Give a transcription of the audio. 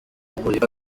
kumurika